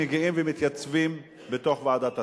מגיעים ומתייצבים בוועדת השרים.